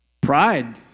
Pride